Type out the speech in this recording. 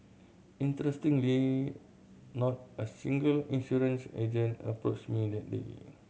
interestingly not a single insurance agent approached me that day